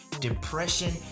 depression